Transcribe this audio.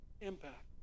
impact